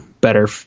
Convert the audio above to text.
better